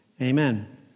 Amen